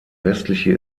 westliche